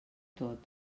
tot